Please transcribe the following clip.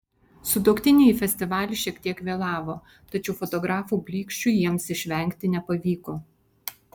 sutuoktiniai į festivalį šiek tiek vėlavo tačiau fotografų blyksčių jiems išvengti nepavyko